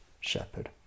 shepherd